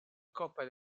coppa